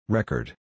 Record